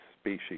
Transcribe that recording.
species